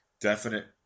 Definite